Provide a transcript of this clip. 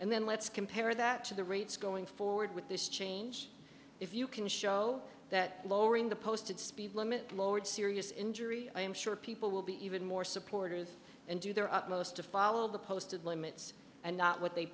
and then let's compare that to the rates going forward with this change if you can show that lowering the posted speed limit lowered serious injury i am sure people will be even more supportive and do their utmost to follow the posted limits and not what they